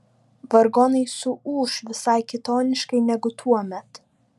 vargonai suūš visai kitoniškai negu tuomet